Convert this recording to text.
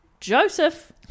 Joseph